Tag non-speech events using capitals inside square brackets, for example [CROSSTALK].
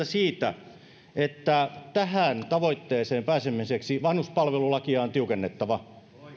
[UNINTELLIGIBLE] siitä että tähän tavoitteeseen pääsemiseksi vanhuspalvelulakia on tiukennettava